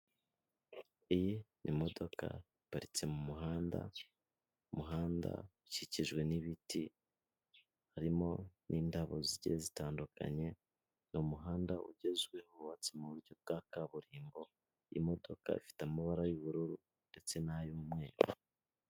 Iyi modoka iparitse mu muhanda, umuhanda ukikijwe n'ibiti harimo n'indabo zigiye zitandukanye n'umuhanda ugezweho wubatswe mu buryo bwa kaburimbo imodokadoka ifite amabara y'ubururu ndetse na y'umweru.